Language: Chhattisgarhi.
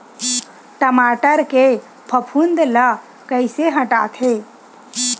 टमाटर के फफूंद ल कइसे हटाथे?